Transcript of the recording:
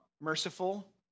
merciful